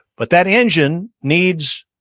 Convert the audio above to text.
but that engine needs